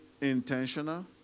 intentional